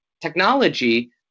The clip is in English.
Technology